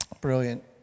Brilliant